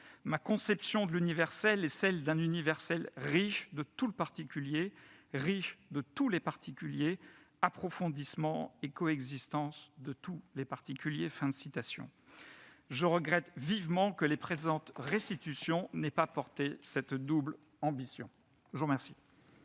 Ma conception de l'universel est celle d'un universel riche de tout le particulier, riche de tous les particuliers, approfondissement et coexistence de tous les particuliers. » Je regrette vivement que les présentes restitutions n'aient pas porté cette double ambition. La parole